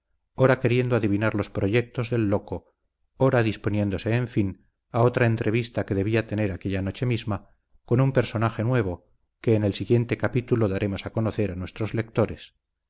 ora queriendo adivinar los proyectos del loco ora disponiéndose en fin a otra entrevista que debía tener aquella noche misma con un personaje nuevo que en el siguiente capítulo daremos a conocer a nuestros lectores